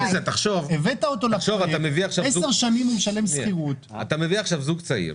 אתה מביא עכשיו זוג צעיר